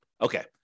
Okay